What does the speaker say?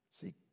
See